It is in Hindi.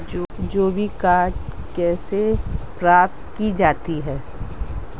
जैविक खाद कैसे प्राप्त की जाती है?